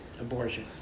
abortion